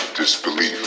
disbelief